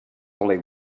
only